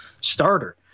starter